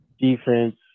defense